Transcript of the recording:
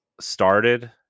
started